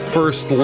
First